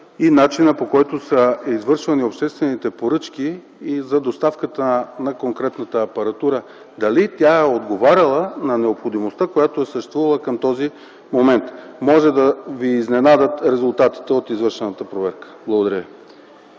и начинът, по който са извършвани обществените поръчки и за доставката на конкретната литература – дали тя е отговаряла на необходимостта, която е съществувала към този момент. Може да Ви изненадат резултатите от извършената проверка. Благодаря